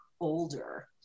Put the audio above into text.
older